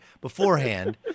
beforehand